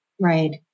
Right